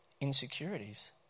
Insecurities